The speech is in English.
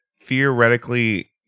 theoretically